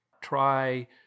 Try